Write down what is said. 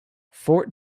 fort